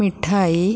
മിഠായി